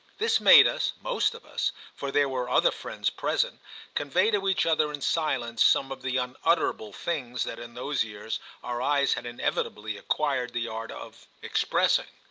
this made us, most of us for there were other friends present convey to each other in silence some of the unutterable things that in those years our eyes had inevitably acquired the art of expressing.